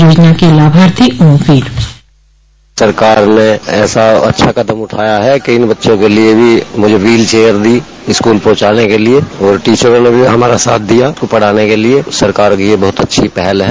योजना के लाभार्थी ओमवीर सरकार ने ऐसा अच्छा कदम उठाया है कि इन बच्चों के लिए भी मुझे व्हील चेयर दी स्कूल पहुंचाने के लिए और टीचरों ने भी हमारा साथ दिया उसको पढ़ाने के लिए सरकार की ये बहुत अच्छी पहल है